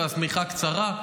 והשמיכה קצרה,